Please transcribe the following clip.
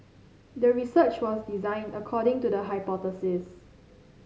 the research was designed according to the hypothesis